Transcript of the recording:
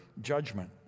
judgment